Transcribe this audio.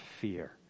fear